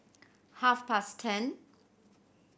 half past ten